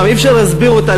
אי-אפשר להסביר אותה,